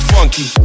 Funky